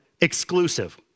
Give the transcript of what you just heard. exclusive